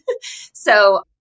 So-